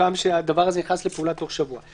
סוכם שהדבר הזה נכנס לפעולה בתוך שבוע.